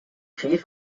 chief